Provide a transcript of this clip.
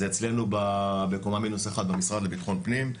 זה אצלנו בקומה 1- במשרד לביטחון פנים.